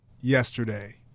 yesterday